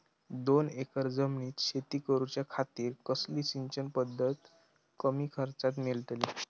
दोन एकर जमिनीत शेती करूच्या खातीर कसली सिंचन पध्दत कमी खर्चात मेलतली?